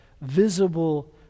visible